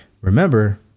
Remember